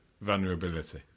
Vulnerability